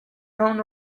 front